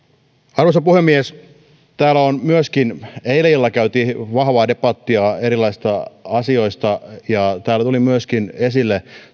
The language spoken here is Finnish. arvoisa puhemies täällä myöskin eilen illalla käytiin vahvaa debattia erilaisista asioista ja täällä tuli esille myöskin